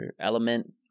Element